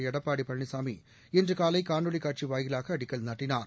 எடப்பாடி பழனிசாமி இன்று காலை காணொலிக் காட்சி வாயிலாக அடிக்கல் நாட்டினார்